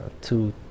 two